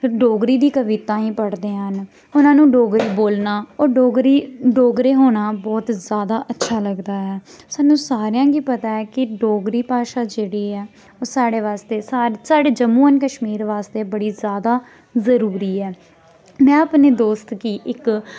डोगरी दी कविताएं पढ़दे हैन उनां नू डोगरी बोलना होर डोगरी डोगरे होना बहोत जैदा अच्छा लगदा ऐ सानूं सारेआं गी पता ऐ कि डोगरी भाशा जेह्ड़ी ऐ ओह् साढ़े बास्ते साढ़े जम्मू एंड कश्मीर बास्ते बड़ी जैदा जरूरी ऐ में अपने दोस्त गी इक